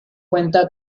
cuenta